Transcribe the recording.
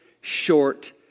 short